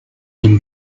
him